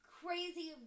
crazy